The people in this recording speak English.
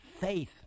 Faith